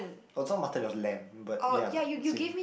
oh it was not mutton it was lamb but ya same